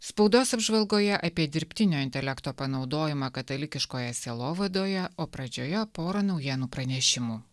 spaudos apžvalgoje apie dirbtinio intelekto panaudojimą katalikiškoje sielovadoje o pradžioje pora naujienų pranešimų